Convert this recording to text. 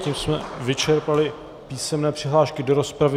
Tím jsme vyčerpali písemné přihlášky do rozpravy.